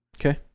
Okay